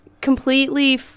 completely